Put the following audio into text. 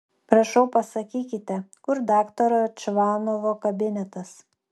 prašau pasakykite kur daktaro čvanovo kabinetas